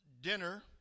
dinner